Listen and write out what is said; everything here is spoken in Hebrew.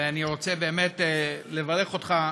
ואני רוצה באמת לברך אותך.